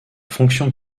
fonction